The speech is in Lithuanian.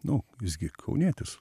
nu visgi kaunietis